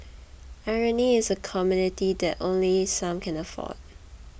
irony is a commodity that only some can afford